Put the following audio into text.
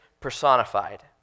personified